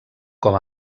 com